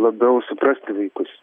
labiau suprasti vaikus